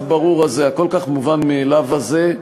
הכל-כך ברור הזה, הכל-כך מובן מאליו הזה,